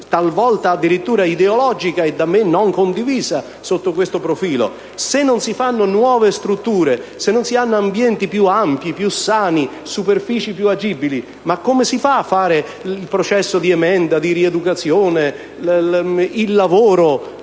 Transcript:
talvolta addirittura ideologica e da me non condivisa, sotto questo profilo. Se non si realizzano nuove strutture, se non si creano ambienti più ampi, più sani e superfici più agibili, ma come si fa a perseguire il processo di emenda, di rieducazione, di lavoro,